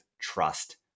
trust